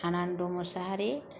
Anand' Mosahary